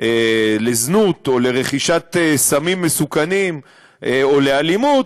לזנות או לרכישת סמים מסוכנים או לאלימות,